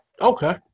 Okay